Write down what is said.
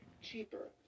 cheaper